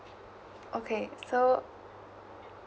okay so